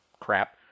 crap